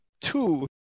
two